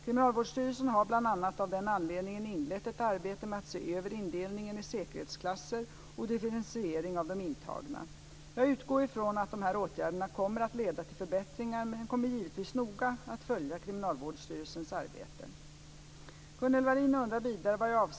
Kriminalvårdsstyrelsen har bl.a. av den anledningen inlett ett arbete med att se över indelningen i säkerhetsklasser och differentieringen av de intagna. Jag utgår från att dessa åtgärder kommer att leda till förbättringar men kommer givetvis noga att följa Kriminalvårdsstyrelsens arbete.